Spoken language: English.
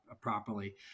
properly